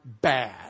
bad